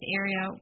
area